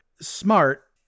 smart